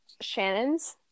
Shannon's